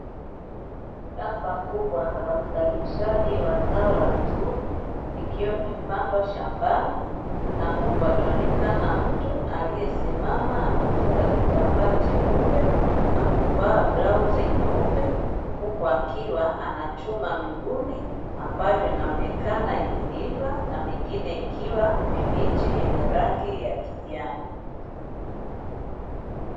Shamba kubwa la uzalishaji wa zao la mibuni, ikiwa imepandwa shambani na huku akionekana mtu aliyesimama amefunga kitambaa cheupe na kuvaa blauzi nyeupe, huku akiwa anachuma mibuni ambayo inaonekana imeiva, na mingine ikiwa mibichi yenye rangi ya kijani.